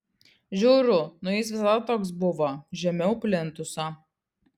žiauru nu jis visada toks buvo žemiau plintuso